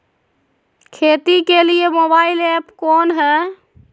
खेती के लिए मोबाइल ऐप कौन है?